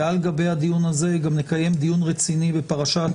ועל גבי הדיון הזה גם נקיים דיון רציני בפרשת